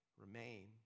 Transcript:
remain